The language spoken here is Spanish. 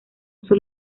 sus